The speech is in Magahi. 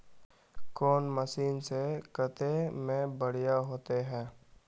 कौन मशीन से कते में बढ़िया होते है?